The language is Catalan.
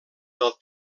del